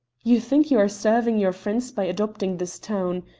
you think you are serving your friends by adopting this tone.